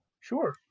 Sure